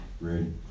Ready